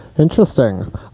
Interesting